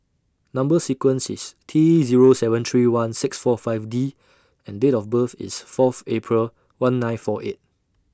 Number sequence IS T Zero seven three one six four five D and Date of birth IS Fourth April one nine four eight